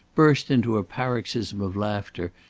burst into a paroxysm of laughter,